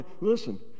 listen